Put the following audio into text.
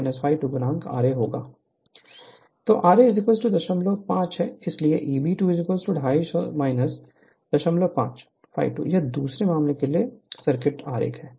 Refer Slide Time 2240 तो ra 05 है इसलिए Eb2 250 05 ∅2 यह दूसरे मामले के लिए सर्किट आरेख है